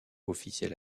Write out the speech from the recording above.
officiels